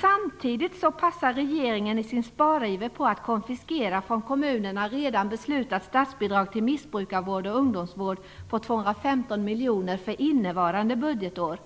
Samtidigt passar regeringen i sin spariver på att konfiskera från kommunerna redan beslutat statsbidrag till missbrukarvård och ungdomsvård på 215 miljoner för innevarande budgetår.